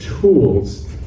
tools